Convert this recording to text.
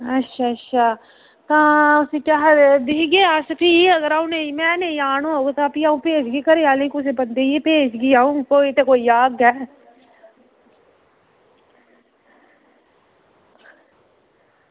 अच्छा अच्छा तां भी केह् आक्खदे दिक्खगे अस भी ते भी नेईं जाना होग तां भेजगी अंऊ कुसै बंदे गी गै भेजगी अंऊ कोई ते कोई आह्ग गै